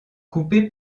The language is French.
coupé